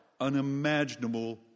unimaginable